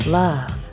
love